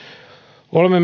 olemme